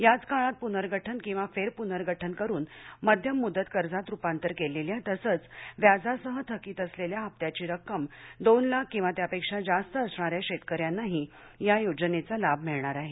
याच काळात पूनर्गठन किंवा फेरपूनर्गठन करून मध्यम मृदत कर्जात रूपांतर केलेल्या तसंच व्याजासह थकित असलेल्या हप्त्याची रक्कम दोन लाख किवा त्यापेक्षा जास्त असणाऱ्या शेतकऱ्यांनाही या योजनेचा लाभ मिळणार आहे